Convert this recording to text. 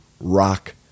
rock